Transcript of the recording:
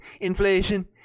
inflation